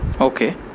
okay